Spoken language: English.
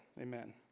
Amen